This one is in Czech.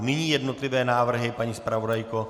Nyní jednotlivé návrhy, paní zpravodajko.